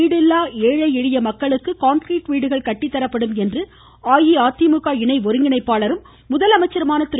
வீடு இல்லா ஏழை எளிய மக்களுக்கு கான்கிரீட் வீடுகள் கட்டித்தரப்படும் என்று அஇஅதிமுக இணை ஒருங்கிணைப்பாளர் திரு